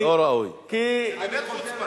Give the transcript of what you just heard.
לא היתה כוונתי, כי, לא ראוי.